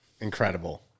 Incredible